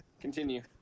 Continue